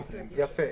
יפה.